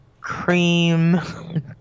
cream